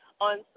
on